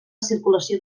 circulació